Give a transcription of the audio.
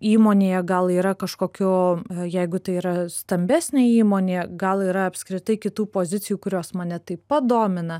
įmonėje gal yra kažkokio jeigu tai yra stambesnė įmonė gal yra apskritai kitų pozicijų kurios mane taip pat domina